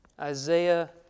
Isaiah